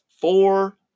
Four